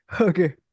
Okay